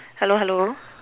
hello hello